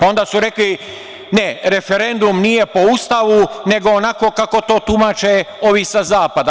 Onda su rekli – ne, referendum nije po Ustavu, nego onako kako to tumače ovi sa Zapada.